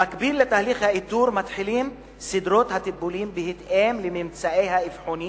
במקביל לתהליך האיתור מתחילים בסדרות הטיפולים בהתאם לממצאי האבחונים